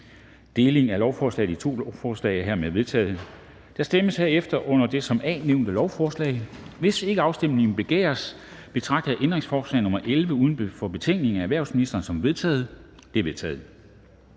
Delingen af lovforslaget i to lovforslag er hermed vedtaget. Der stemmes herefter om det under A nævnte lovforslag: Hvis ikke afstemning begæres, betragter jeg ændringsforslag nr. 11 uden for betænkningen af erhvervsministeren som vedtaget. Det er vedtaget.